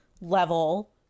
level